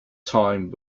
time